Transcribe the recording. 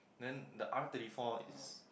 then the R thirty four is